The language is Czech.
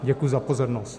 Děkuji za pozornost.